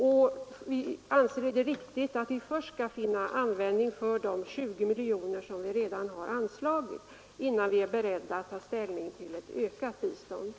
Vi anser det viktigt att vi först finner användning för de 20 miljoner kronor som vi redan har anslagit innan vi tar ställning till ökat bistånd.